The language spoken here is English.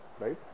Right